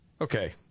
Okay